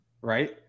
Right